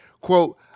Quote